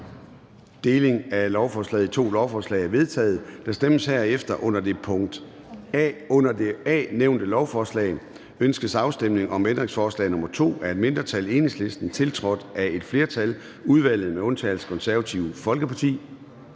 i to lovforslag er vedtaget. Der stemmes herefter om det under A nævnte lovforslag: Ønskes afstemning om ændringsforslag nr. 2 af et mindretal (EL), tiltrådt af et flertal (udvalget med undtagelse af KF)? Det